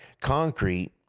concrete